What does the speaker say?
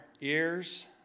ears